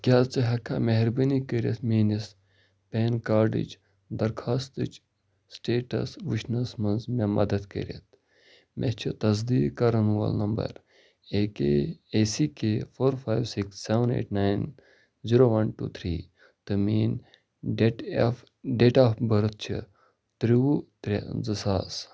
کیٛاہ ژٕ ہٮ۪کہٕ کھا مہربٲنی کٔرِتھ میٛٲنِس پین کارڈٕچ درخاستٕچ سٕٹیٹَس وٕچھنَس منٛز مےٚ مَدتھ کٔرِتھ مےٚ چھِ تصدیٖق کَرن وول number A K A C K four five six seven eight nine zero one two three تہٕ میٛٲنۍ date of date of birth چھِ تِرٛوُہ ترٛےٚ زٕ ساس